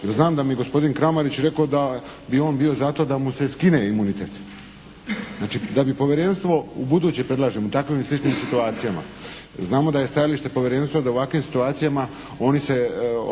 Jer znam da mi je gospodin Kramarić rekao da bi on bio za to da mu se skine imunitet. Znači, da bi povjerenstvo u buduće predlažemo u takvim i sličnim situacijama. Znamo da je stajalište Povjerenstva da u ovakvim situacijama oni se